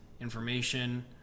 information